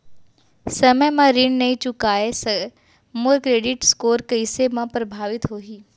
समय म ऋण नई चुकोय से मोर क्रेडिट स्कोर कइसे म प्रभावित होही?